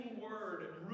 word